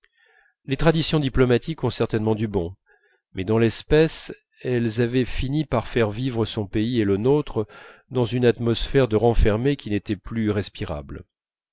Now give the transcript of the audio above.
les traditions diplomatiques ont certainement du bon mais dans l'espèce elles avaient fini par faire vivre son pays et le nôtre dans une atmosphère de renfermé qui n'était plus respirable